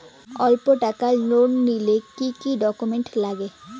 অল্প টাকার লোন নিলে কি কি ডকুমেন্ট লাগে?